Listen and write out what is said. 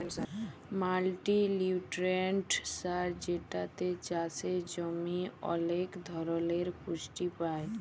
multinutrient সার যেটাতে চাসের জমি ওলেক ধরলের পুষ্টি পায়